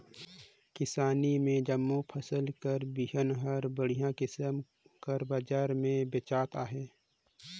किसानी में जम्मो फसिल कर बीहन हर बड़िहा किसिम कर बजार में बेंचात अहे